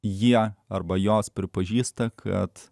jie arba jos pripažįsta kad